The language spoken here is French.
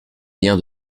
lien